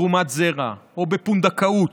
מתרומת זרע או בפונדקאות,